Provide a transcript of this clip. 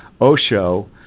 Osho